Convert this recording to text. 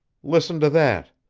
listen to that!